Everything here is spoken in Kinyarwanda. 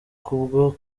kubwo